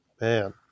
man